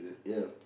ya